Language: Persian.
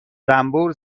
زنبور